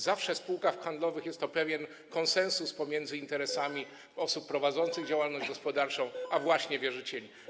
Zawsze w spółkach handlowych jest pewien konsensus pomiędzy interesami osób prowadzących działalność gospodarczą a interesami właśnie wierzycieli.